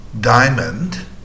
diamond